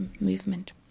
movement